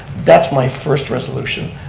that's my first resolution.